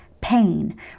pain